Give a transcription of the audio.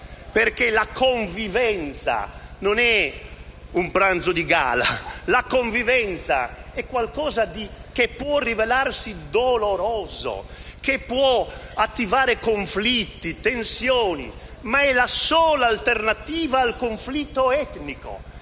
perché la convivenza non è un pranzo di gala. La convivenza è qualcosa che può rilevarsi dolorosa, che può attivare conflitti e tensioni, ma è la sola alternativa al conflitto etnico.